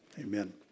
amen